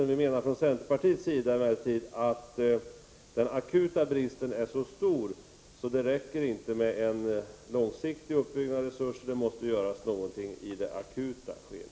Vi menar emellertid från centerpartiets sida att den akuta bristen är så stor att det inte räcker med en långsiktig uppbyggnad av resurser. Det måste göras någonting i det akuta skedet.